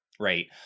right